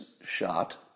shot